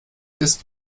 ist